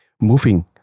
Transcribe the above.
moving